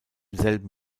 selben